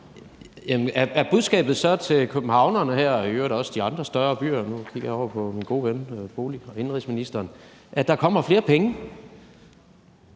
Er budskabet så til københavnerne her og i øvrigt også de andre større byer – nu kigger jeg over